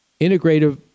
integrative